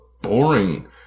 boring